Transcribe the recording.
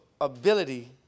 ability